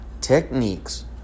techniques